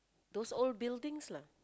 those old buildings lah